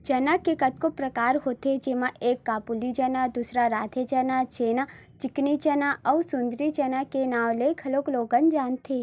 चना के कतको परकार होथे जेमा एक काबुली चना, दूसर राधे चना जेला चिकनी चना अउ सुंदरी चना के नांव ले घलोक लोगन जानथे